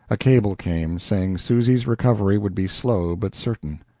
a cable came, saying susy's recovery would be slow but certain.